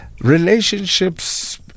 relationships